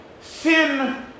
Sin